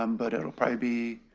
um but it will probably be